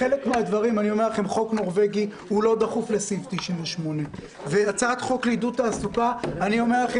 חוק נורבגי הוא לא דחוף לסעיף 98. הצעת חוק לעידוד תעסוקה אני אומר לכם,